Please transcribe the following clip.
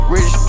Rich